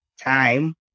time